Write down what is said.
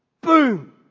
Boom